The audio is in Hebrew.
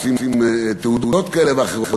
רוצים תעודות כאלה ואחרות,